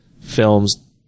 films